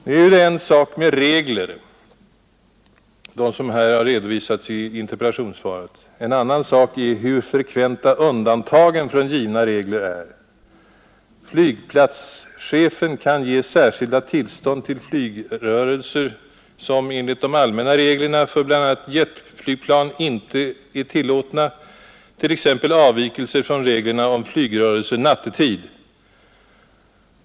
Nu är det ju en sak med regler — de som har redovisats i interpellationssvaret — en annan sak är hur frekventa undantagen är från givna regler. Flygplatschefen kan ge särskilda tillstånd till flygrörelser, som enligt de allmänna reglerna för bl.a. jetflygplan inte är tillåtna, t.ex. avvikelser från reglerna om flygrörelser nattetid.